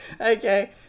Okay